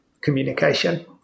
communication